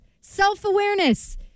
self-awareness